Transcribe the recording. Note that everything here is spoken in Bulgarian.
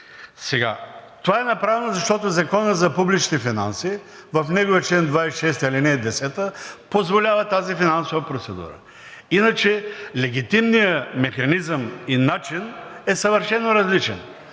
Това е направено, защото в Закона за публичните финанси, в неговия чл. 26, ал. 10 се позволява тази финансова процедура. Иначе, легитимният механизъм и начин е съвършено различен